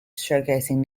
showcasing